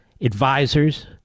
advisors